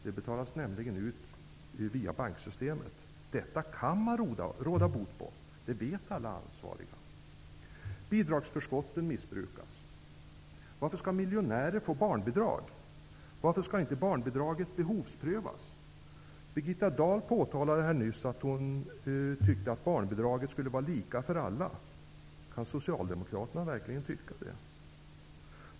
De betalas nämligen ut via banksystemet. Detta kan man råda bot på. Det vet alla ansvariga. Birgitta Dahl sade nyss att hon tyckte att barnbidraget skulle vara lika för alla. Kan Socialdemokraterna verkligen tycka det?